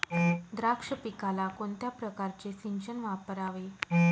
द्राक्ष पिकाला कोणत्या प्रकारचे सिंचन वापरावे?